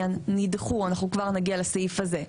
אנחנו כבר נגיע לסעיף הזה,